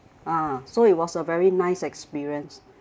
ah so it was a very nice experience